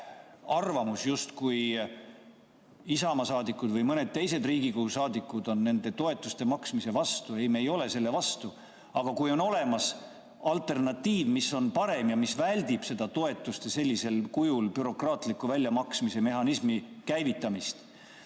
arvamust, justkui Isamaa saadikud või mõned teised Riigikogu saadikud on nende toetuste maksmise vastu. Ei, me ei ole selle vastu. Aga kui on olemas alternatiiv, mis on parem ja mis väldib toetuste sellisel kujul bürokraatliku väljamaksmise mehhanismi käivitamist